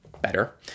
better